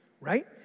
right